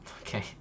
okay